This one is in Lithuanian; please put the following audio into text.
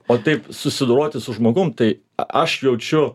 o taip susidoroti su žmogumi tai aš jaučiu